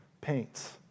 paints